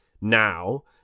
now